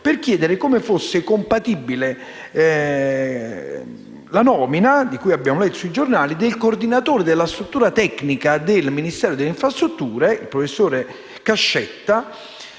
per chiedergli come fosse compatibile la nomina, che abbiamo letto sui giornali, del coordinatore della struttura tecnica di missione del Ministero delle infrastrutture, professor Cascetta,